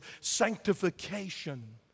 sanctification